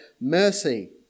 mercy